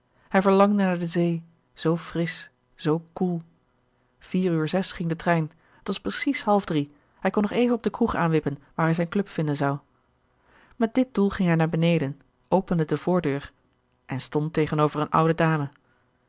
hij verlangde naar de zee zoo frisch zoo koel vier ure zes ging de trein het was precies half drie hij kon nog even op de kroeg aanwippen waar hij zijn club vinden zou met dit doel ging hij naar beneden opende de voordeur en stond tegenover eene oude dame